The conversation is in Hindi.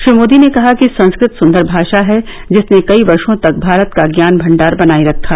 श्री मोदी ने कहा कि संस्कृत सुन्दर भाषा है जिसने कई वर्षो तक भारत का ज्ञान भंडार बनाए रखा